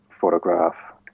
photograph